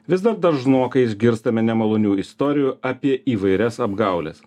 vis dar dažnokai išgirstame nemalonių istorijų apie įvairias apgaules